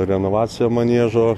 renovaciją maniežo